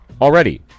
already